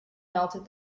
melted